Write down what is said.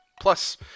Plus